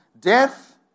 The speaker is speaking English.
death